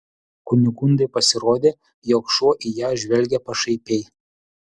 kunigundai pasirodė jog šuo į ją žvelgia pašaipiai